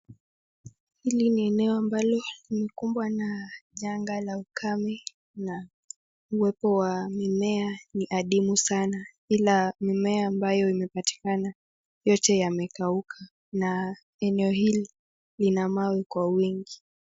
Hili ni eneo ambalo limekumbwa na janga la ukame na uwepo wa mimea ni adimu sana ila mimea ambayo imepatikana yote yamekauka na eneo hili lina mawe kwa wingi.